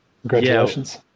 congratulations